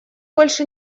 больше